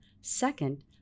second